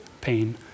pain